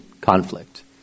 conflict